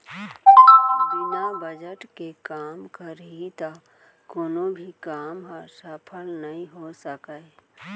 बिना बजट के काम करही त कोनो भी काम ह सफल नइ हो सकय